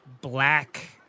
black